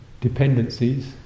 dependencies